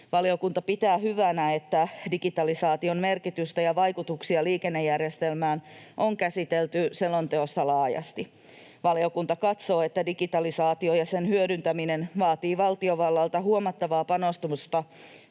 Valiokunta pitää hyvänä, että digitalisaation merkitystä ja vaikutuksia liikennejärjestelmään on käsitelty selonteossa laajasti. Valiokunta katsoo, että digitalisaatio ja sen hyödyntäminen vaatii valtiovallalta huomattavaa panostamista